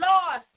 Lord